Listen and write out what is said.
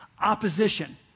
opposition